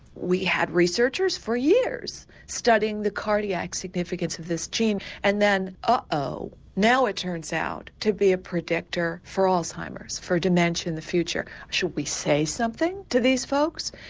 we had researchers for years studying the cardiac significance of this gene and then oh, oh, now it turns out to be a predictor for alzheimer's for dementia in the future. should we say something to these folks?